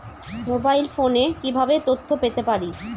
Mobile ফোনে কিভাবে তথ্য পেতে পারি?